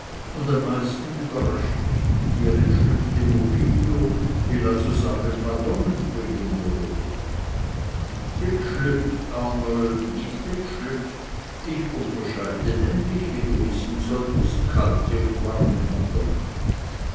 und am meisten überrascht mich die dir entschlüpfte murillo will also sagen madonnenbewundrung nicht entschlüpft arnold nicht entschlüpft ich unterscheide nämlich wie du wissen solltest kalte und warme madonnen